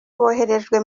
boherejwe